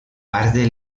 parte